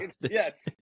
Yes